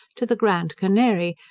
to the grand canary,